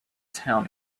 town